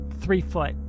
three-foot